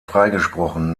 freigesprochen